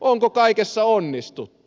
onko kaikessa onnistuttu